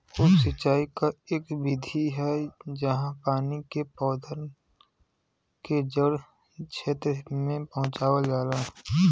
उप सिंचाई क इक विधि है जहाँ पानी के पौधन के जड़ क्षेत्र में पहुंचावल जाला